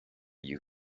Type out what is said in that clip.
you